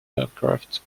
aircraft